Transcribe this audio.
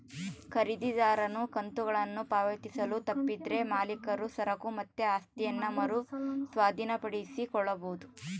ಖರೀದಿದಾರನು ಕಂತುಗಳನ್ನು ಪಾವತಿಸಲು ತಪ್ಪಿದರೆ ಮಾಲೀಕರು ಸರಕು ಮತ್ತು ಆಸ್ತಿಯನ್ನ ಮರು ಸ್ವಾಧೀನಪಡಿಸಿಕೊಳ್ಳಬೊದು